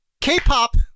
K-pop